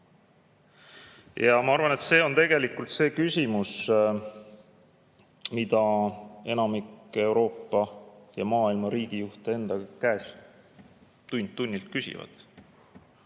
Ma arvan, et see on tegelikult see küsimus, mida enamik Euroopa ja muu maailma riigijuhte enda käest tund-tunnilt küsivad.